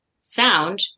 sound